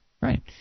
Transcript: Right